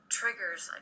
triggers